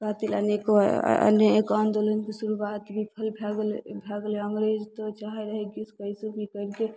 खातिर अनेको अनेक आंदोलनके शुरुआत भी फिर भए गेलै भए गेलै अङ्ग्रेज तऽ चाहे रहए कैसे भी करिके